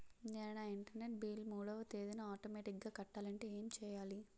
నేను నా internet bill మూడవ తేదీన ఆటోమేటిగ్గా కట్టాలంటే ఏం చేయాలి?